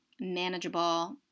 manageable